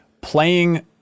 playing